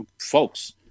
folks